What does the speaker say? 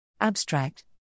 Abstract